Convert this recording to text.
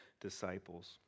disciples